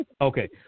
Okay